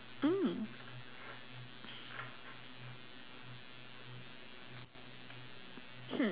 mm